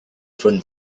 faune